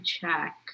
check